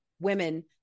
women